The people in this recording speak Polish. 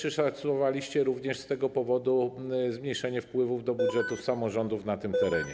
Czy szacowaliście również z tego powodu zmniejszenie wpływów do budżetów samorządów na tym terenie?